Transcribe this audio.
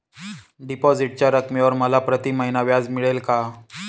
डिपॉझिटच्या रकमेवर मला प्रतिमहिना व्याज मिळेल का?